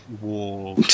war